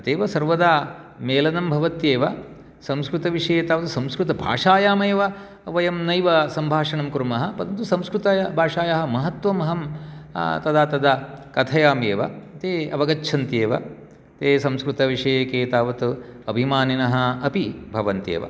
अतैव सर्वदा मेलनं भवत्येव संस्कृतविषये तावत् संस्कृतभाषायामेव वयं नैव सम्भाषणं कुर्मः परन्तु संस्कृतभाषायाः महत्वम् अहं तदा तदा कथयाम्येव ते अवगच्छन्त्येव ते संस्कृतविषये के तावत् अभिमानिनः अपि भवन्त्येव